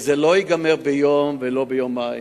וזה לא ייגמר ביום ולא ביומיים.